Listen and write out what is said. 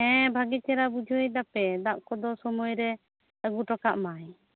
ᱦᱮᱸ ᱵᱷᱟᱹᱜᱤ ᱪᱮᱦᱮᱨᱟ ᱵᱩᱡᱷᱟᱹᱣᱭᱮ ᱛᱟᱯᱮ ᱫᱟᱜᱽ ᱠᱚᱫᱚ ᱥᱳᱢᱚᱭ ᱨᱮᱭ ᱟᱹᱜᱩ ᱚᱴᱚ ᱠᱟᱜᱢᱟᱭ